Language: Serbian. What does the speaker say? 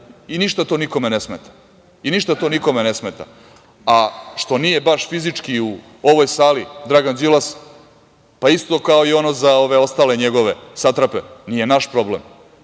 boga nije tu. I ništa to nikome ne smeta, a što nije baš fizički u ovoj sali Dragan Đilas, pa isto kao i ono za ove ostale njegove satrape, nije naš problem